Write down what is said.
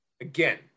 again